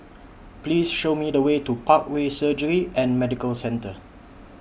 Please Show Me The Way to Parkway Surgery and Medical Centre